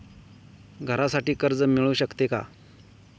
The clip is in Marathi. घरासाठी कर्ज मिळू शकते का?